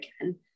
again